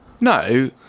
no